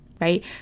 right